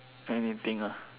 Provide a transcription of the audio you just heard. anything lah